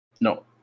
No